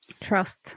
Trust